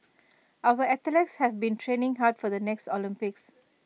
our athletes have been training hard for the next Olympics